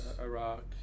Iraq